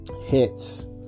hits